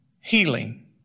healing